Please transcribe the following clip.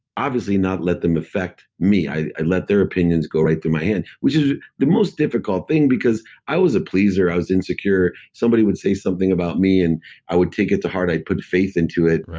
obviously, not let them affect me. i i let their opinions go right through my head, which is the most difficult thing because i was a pleaser, i was insecure. somebody would say something about me and i would take it to heart. i'd put faith into it,